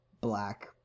black